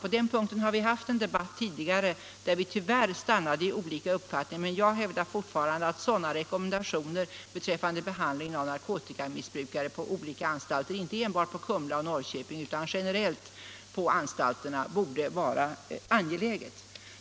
På den punkten har vi tidigare haft en debatt, där vi tyvärr stannade i olika uppfattningar, men jag hävdar fortfarande att sådana rekommendationer beträffande behandlingen av narkotikamissbrukare på olika anstalter, inte enbart på Kumla och i Norrköpingsfängelset utan generellt, borde vara angelägna.